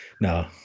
No